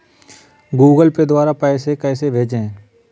Google Pay द्वारा पैसे कैसे भेजें?